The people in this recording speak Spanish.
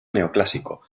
neoclásico